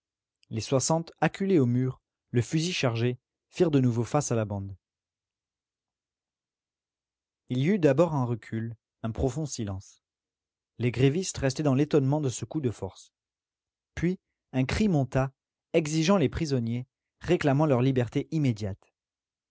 les soixante acculés au mur le fusil chargé firent de nouveau face à la bande il y eut d'abord un recul un profond silence les grévistes restaient dans l'étonnement de ce coup de force puis un cri monta exigeant les prisonniers réclamant leur liberté immédiate